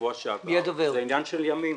בשבוע שעבר, זה עניין של ימים.